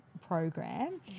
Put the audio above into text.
program